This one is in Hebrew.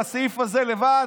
בסעיף הזה לבד,